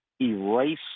erase